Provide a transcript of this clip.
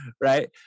right